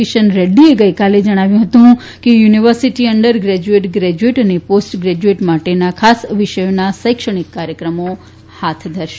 કિશન રેડ્ડીએ ગઈકાલે જણાવ્યું હતું કે યુનિવર્સિટી અંડરગ્રેજ્યુએટ ગ્રેજ્યુએટ અને પોસ્ટ ગ્રેજ્યુએટ માટેના ખાસ વિષયોના શૈક્ષણિક કાર્યક્રમો હાથ ધરશે